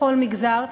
בכל מגזר,